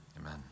Amen